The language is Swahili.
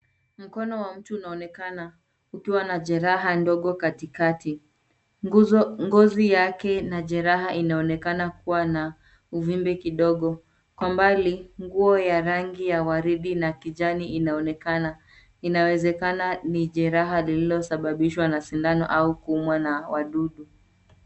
Mkono wa mtu unaonekana ukiwa na jeraha ndogo katikati, ngozi yake na jeraha inaonekana kuwa na uvimbe kidogo, kwa mbali nguo ya rangi waridi na kijani inaonekana, inawezakana hili ni jeraha lililosababishwa na sindano au kuumwa na wadudu.